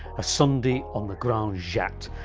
a sunday on the grande jatte.